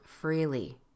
freely